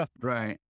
Right